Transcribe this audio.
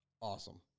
awesome